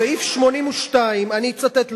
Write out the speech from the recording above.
סעיף 82, אני אצטט לך,